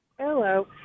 Hello